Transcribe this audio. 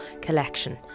collection